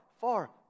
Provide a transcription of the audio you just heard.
far